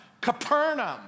Capernaum